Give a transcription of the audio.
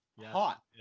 hot